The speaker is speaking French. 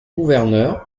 gouverneur